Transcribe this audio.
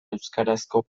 euskarazko